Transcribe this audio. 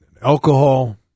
alcohol